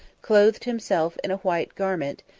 clothed himself in a white garment,